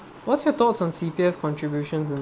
what's your thoughts on C_P_F contributions in